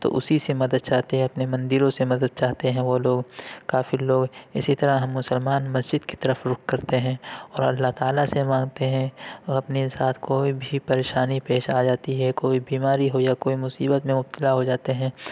تو اسی سے مدد چاہتے ہیں اپنی مندروں سے مدد چاہتے ہیں وہ لوگ کافی لوگ اسی طرح ہم مسلمان مسجد کی طرف رخ کرتے ہیں اور اللہ تعالیٰ سے مانگتے ہیں اور اپنے ساتھ کوئی بھی پریشانی پیش آ جاتی ہے کوئی بیماری ہو کوئی مصیبت میں مبتلا ہو جاتے ہیں